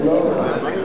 כן.